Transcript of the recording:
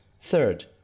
third